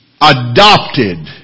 adopted